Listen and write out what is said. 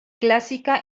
clásica